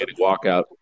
walkout